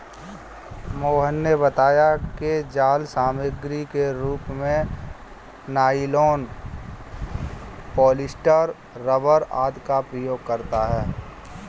मोहन ने बताया कि जाल सामग्री के रूप में नाइलॉन, पॉलीस्टर, रबर आदि का प्रयोग होता है